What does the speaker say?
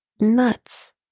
nuts